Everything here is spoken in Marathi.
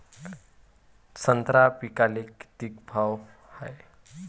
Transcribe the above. संत्रा पिकाले किती भाव हाये?